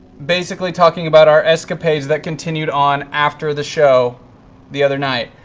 basically talking about our escapades that continued on after the show the other night.